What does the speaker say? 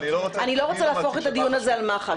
אני לא רוצה להפוך את הדיון הזה לדיון על מח"ש.